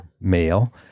male